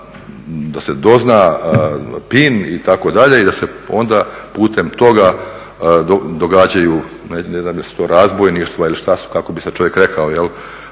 da se dozna PIN itd. i da se onda putem toga događaju ne znam jesu to razbojništva ili šta su, kako bi sad čovjek rekao